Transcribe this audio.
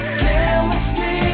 chemistry